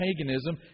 paganism